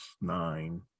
nine